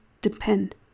depend